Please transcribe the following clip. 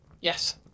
Yes